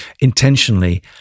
intentionally